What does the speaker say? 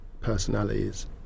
personalities